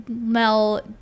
Mel